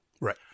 Right